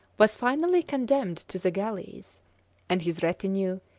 was finally condemned to the galleys and his retinue,